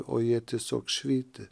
o jie tiesiog švyti